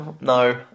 no